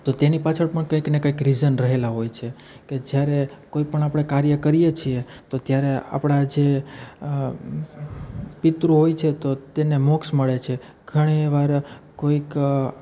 તો તેની પાછળ પણ કંઇક ને કંઇક રિઝન રહેલા હોય છે કે જ્યારે કોઈપણ આપણે કાર્ય કરીએ છીએ તો ત્યારે આપણા જે પિતૃ હોય છે તો તેને મોક્ષ મળે છે ઘણીવાર કોઈક